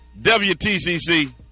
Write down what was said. WTCC